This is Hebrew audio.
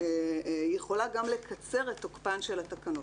היא יכולה גם לקצר את תוקפן של התקנות.